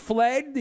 Fled